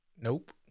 Nope